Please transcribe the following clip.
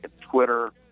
Twitter